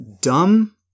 dumb